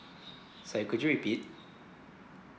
sorry could you repeat